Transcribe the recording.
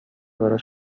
براش